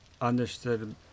understood